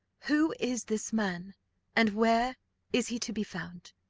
who is this man and where is he to be found?